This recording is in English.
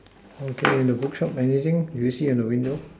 okay the bookshop magazine do you see in the window